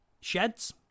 Sheds